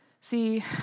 See